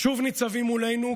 שוב ניצבים מולנו,